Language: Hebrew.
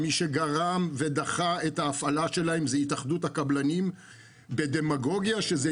מי שגרם לכך ודחה את ההפעלה שלהם זה התאחדות